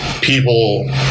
people